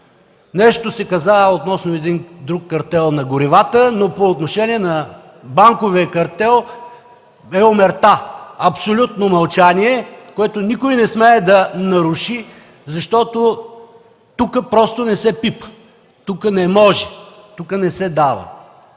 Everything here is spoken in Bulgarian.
Нещо бе казано за един друг картел – на горивата, но по отношение на банковия картел – бе омерта, абсолютно мълчание, което никой не смее да наруши, защото тук просто не се пипа, тук не може, тук не се дава